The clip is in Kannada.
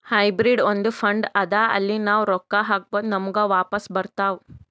ಹೈಬ್ರಿಡ್ ಒಂದ್ ಫಂಡ್ ಅದಾ ಅಲ್ಲಿ ನಾವ್ ರೊಕ್ಕಾ ಹಾಕ್ಬೋದ್ ನಮುಗ ವಾಪಸ್ ಬರ್ತಾವ್